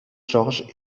georges